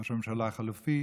ראש הממשלה החלופי,